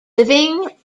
living